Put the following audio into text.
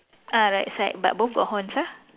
ah right side but both got horns ah